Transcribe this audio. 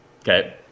Okay